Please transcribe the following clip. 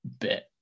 bit